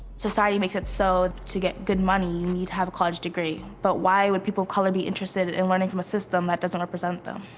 society makes it so to get good money, you need to have a college degree but why would people of color be interested in learning from a system that doesn't represent them?